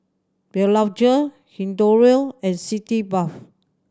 Blephagel Hirudoid and Sitz Bath